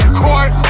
court